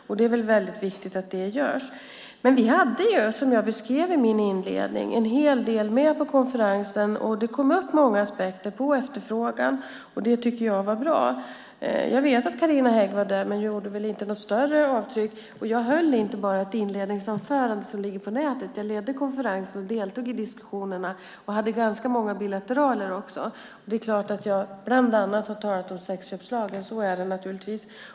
Och det är viktigt att det görs. Men, som jag beskrev i min inledning, hade vi med en hel del på konferensen, och det kom upp många aspekter på efterfrågan. Det tycker jag var bra. Jag vet att Carina Hägg var där, men hon gjorde väl inte något större avtryck. Och jag höll inte bara ett inledningsanförande, som ligger på nätet. Jag ledde konferensen och deltog i diskussionerna. Jag hade också ganska många bilateraler. Det är klart att jag bland annat har talat om sexköpslagen. Så är det naturligtvis.